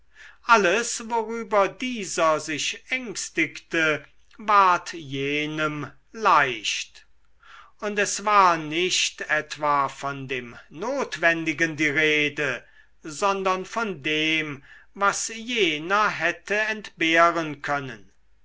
alles worüber dieser sich ängstigte ward jenem leicht und es war nicht etwa von dem notwendigen die rede sondern von dem was jener hätte entbehren können